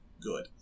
Good